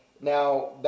Now